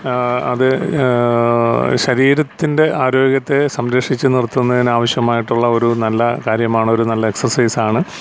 അത് ശരീരത്തിൻ്റെ ആരോഗ്യത്തെ സംരക്ഷിച്ച് നിർത്തുന്നതിന് ആവശ്യമായിട്ടുള്ള ഒരു നല്ല കാര്യമാണ് ഒരു നല്ല എക്സസൈസ് ആണ്